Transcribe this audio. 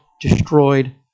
destroyed